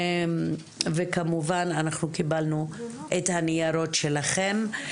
וכמובן אנחנו קיבלנו את הניירות שלכם,